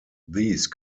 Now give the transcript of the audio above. these